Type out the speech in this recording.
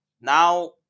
now